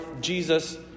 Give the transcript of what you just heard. Jesus